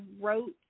wrote